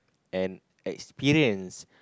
an experience